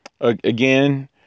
again